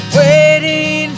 waiting